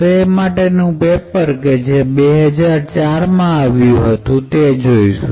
તો એ માટેનું આ પેપર કે જે 2004માં થયું તે જોઈશું